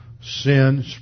sin